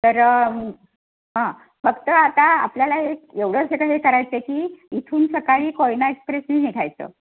तर हां फक्त आता आपल्याला एक एवढं सगळं हे करायचं आहे की इथून सकाळी कोयना एक्सप्रेसने निघायचं